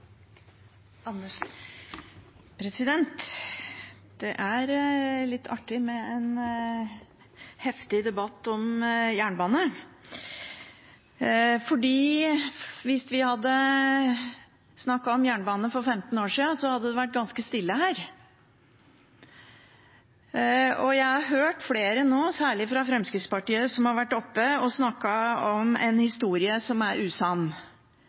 litt artig med en heftig debatt om jernbane, for hvis vi hadde snakket om jernbane for 15 år siden, hadde det vært ganske stille her. Jeg har hørt flere nå, særlig fra Fremskrittspartiet, som har vært oppe og snakket om en historie som er usann.